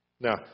Now